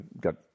got